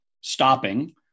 stopping